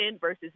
versus